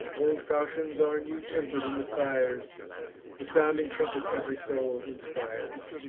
old fauchions are new temper'd in the fires the sounding trumpet ev'ry soul inspires.